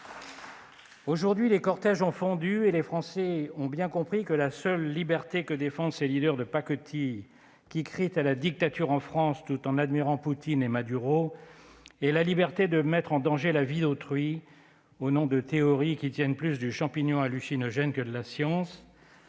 Aujourd'hui, les cortèges ont fondu et les Français ont bien compris que la seule liberté que défendent ces leaders de pacotille, qui crient à la dictature en France tout en admirant Poutine et Maduro, est la liberté de mettre en danger la vie d'autrui au nom de théories qui tiennent plus du champignon hallucinogène que de la science